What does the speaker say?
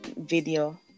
video